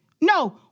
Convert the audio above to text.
No